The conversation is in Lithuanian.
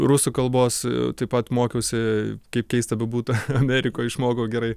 rusų kalbos taip pat mokiausi kaip keista bebūtų amerikoj išmokau gerai